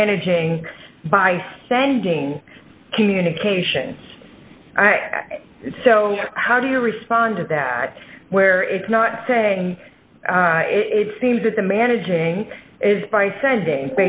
managing by sending communications so how do you respond to that where it's not saying it seems that the managing is by sending